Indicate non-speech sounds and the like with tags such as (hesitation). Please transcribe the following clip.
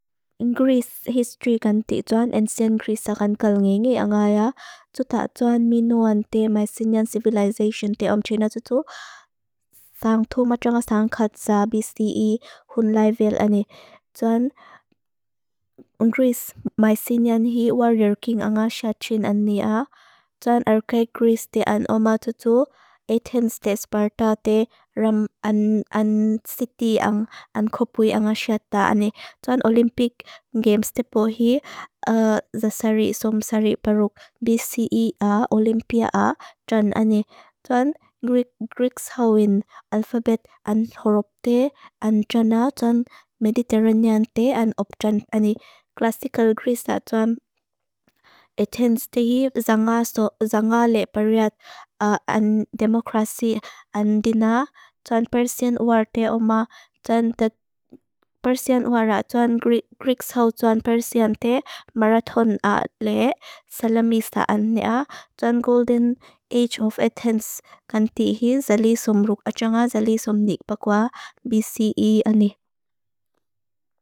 In Greece history kan ti tuan, ancient Greece kan kal nge nge anga ya, tuta tuan minuan te Mycenaean civilization te om tina tutu, (hesitation) sang tu machanga sang Khatsa, B.C.E., Hunla, I.V.L. ane. Tuan, (hesitation) in Greece Mycenaean heat warrior king anga Shachin anne a, tuan Archaic Greece te Anoma tutu, Athens te Sparta te, Ram, an, an, city ang, ang kopui anga Shatta ane. Tuan, Olympic Games tepohi, a, zasari, somsari, peruk, B.C.E. A, Olympia a, tuan, ane, tuan, Greeks hawin, Alphabet anthorop te, an, tuan a, tuan, Mediterranean te, an, op, tuan, ane, Classical Greece a, tuan, (hesitation) Athens te hi, Zanga so, Zanga le, periat, an, demokrasi an dina, tuan, Persian war te, (hesitation) Oma, tuan, te, Persian war a, tuan, Greeks hawin, (hesitation) tuan, Persian te, Marathon a, le, Salamis ta, anne a, tuan, Golden Age of Athens, kan te hi, zali somruk, a, zanga, zali somnik, bakwa, B.C.E. anne.